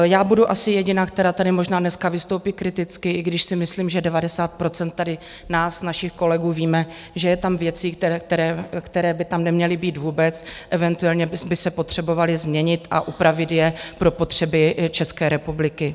Já budu asi jediná, která tady možná dneska vystoupí kriticky, i když si myslím, že 90 % tady nás, našich kolegů, víme, že jsou tam věci, které by tam neměly být vůbec, eventuálně by se potřebovaly změnit a upravit je pro potřeby České republiky.